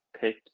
pick